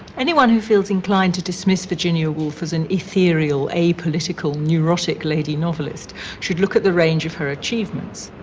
anyone who feels inclined to dismiss virginia woolf as an ethereal, apolitical, neurotic lady novelist should look at the range of her achievements.